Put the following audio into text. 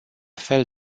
fel